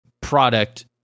product